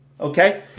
Okay